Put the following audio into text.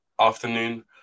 afternoon